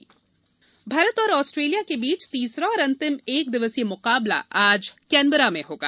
cricket Bharat और Australia के बीच तीसरा और अंतिम एक दिवसीय म्काबला आज कैनबरा में होगा